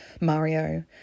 Mario